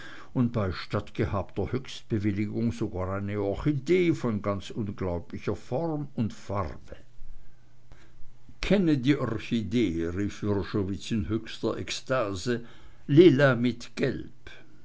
und bei stattgehabter höchstbewilligung sogar eine orchidee von ganz unglaublicher form und farbe kenne die orchidee rief wrschowitz in höchster ekstase lila mit gelb